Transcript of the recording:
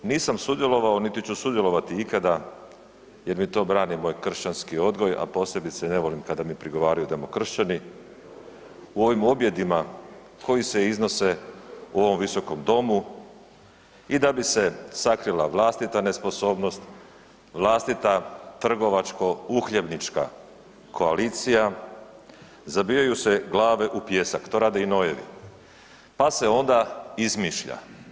Nisam sudjelovao niti ću sudjelovati ikada jer mi to brani moj kršćanski odgoj, a posebice ne volim kada mi prigovaraju demokršćani u ovim objedima koji se iznose u ovom Visokom domu i da bi se sakrila vlastita nesposobnost, vlastita trgovačko-uhljebnička koalicija, zabijaju se glave u pijesak, to rade i nojevi, pa se onda izmišlja.